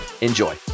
Enjoy